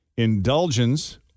Indulgence